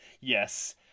yes